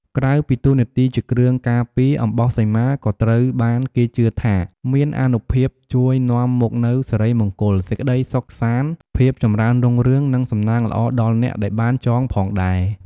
ក្រៅពីតួនាទីជាគ្រឿងការពារ អំបោះសីមាក៏ត្រូវបានគេជឿថាមានអានុភាពជួយនាំមកនូវសិរីមង្គល សេចក្ដីសុខសាន្ត ភាពចម្រើនរុងរឿង និងសំណាងល្អដល់អ្នកដែលបានចងផងដែរ។